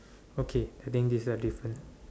okay I think this the difference